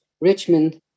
Richmond